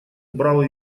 брал